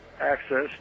access